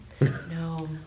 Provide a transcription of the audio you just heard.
No